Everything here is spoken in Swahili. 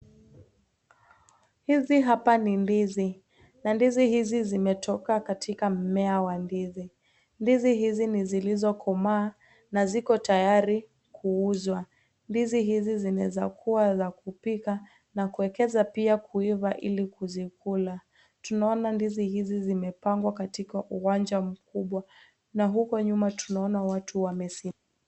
Hizi hapa ni ndizi na ndizi hizi zimetoka katika mimea wa ndizi, ndizi hizi ni zilizo komaa na ziko tayari kuuzwa. Ndizi hizi zinaweza kuwa za kupika na kuwekeza pia kuiva ili kuweza kuzikula, tunaona ndizi hizi zimepangwa katika uwanja mkubwa na huko nyuma tunaona watu wamesimama.